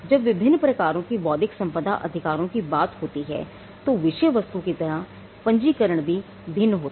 जब विभिन्न प्रकारों की बौद्धिक संपदा अधिकारों की बात होती है तो विषय वस्तु की तरह पंजीकरण भी भिन्न होता है